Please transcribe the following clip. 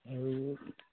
আৰু